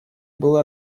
было